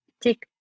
take